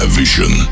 vision